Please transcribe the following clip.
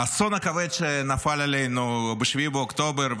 האסון הכבד שנפל עלינו ב-7 באוקטובר,